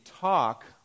talk